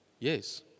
Yes